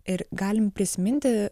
ir galim prisiminti